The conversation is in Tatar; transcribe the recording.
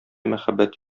мәхәббәт